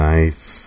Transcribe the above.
Nice